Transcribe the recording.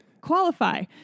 Qualify